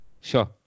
sure